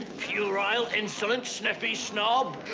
puerile, insolent, sniffy-snob,